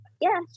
Yes